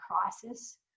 crisis